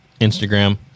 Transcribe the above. Instagram